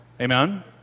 Amen